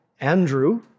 Andrew